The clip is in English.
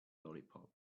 lollipop